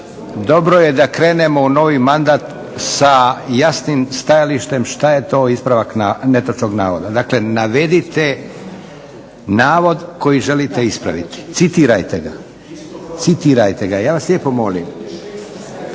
dobro je da krenemo u novi mandat sa jasnim stajalištem što je to ispravak netočnog navoda. Dakle navedite navod koji želite ispraviti, citirajte ga. Ja vas lijepo molim.